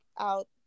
out